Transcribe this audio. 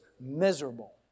miserable